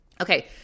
Okay